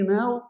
now